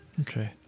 Okay